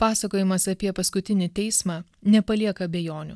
pasakojimas apie paskutinį teismą nepalieka abejonių